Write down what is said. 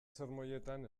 sermoietan